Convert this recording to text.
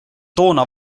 toona